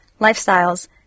lifestyles